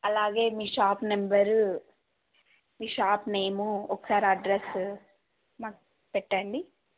అలాగే మీ shop number మీ షాప్ నేము ఒకసారి అడ్రస్సు మాకు పెట్టండి